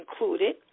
included